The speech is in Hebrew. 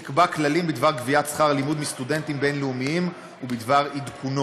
תקבע כללים בדבר קביעת שכר הלימוד מסטודנטים בין-לאומיים בדבר עדכונו.